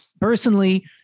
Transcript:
Personally